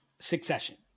succession